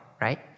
right